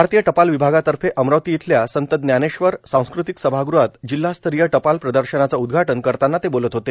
भारतीय टपाल विभागातर्फे अमरावती इथल्या संत ज्ञानेश्वर सांस्कृतिक सभागृहात जिल्हास्तरीय टपाल प्रदर्शनाचे उदघाटन करताना ते बोलत होते